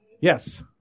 Yes